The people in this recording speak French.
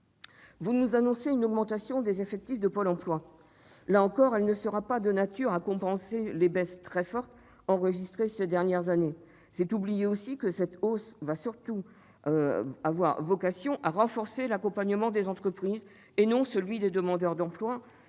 Vous nous annoncez une augmentation des effectifs de Pôle emploi, mais celle-ci ne sera pas de nature à compenser les baisses, très fortes, enregistrées au cours des dernières années. C'est oublier aussi que cette hausse a surtout vocation à renforcer l'accompagnement des entreprises et non celui des demandeurs d'emploi,